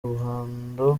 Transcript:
ruhando